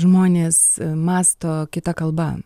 žmonės mąsto kita kalba